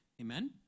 Amen